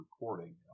recording